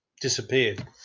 disappeared